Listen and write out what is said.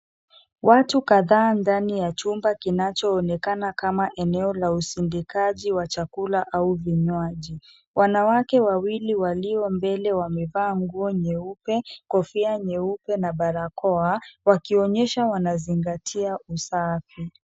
Watu kadhaa ndani ya chumba kinachoonekana kama eneo la usindikaji wa chakula au vinywaji. Wanawake wawili walio mbele wamevaa nguo nyeupe, kofia nyeupe na barakoa wakionyesha wanazingatia ustawi.